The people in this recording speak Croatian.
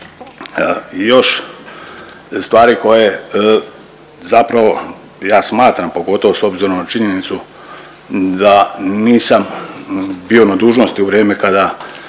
Još stvari koje zapravo ja smatram pogotovo s obzirom na činjenicu da nisam bio na dužnosti u vrijeme kada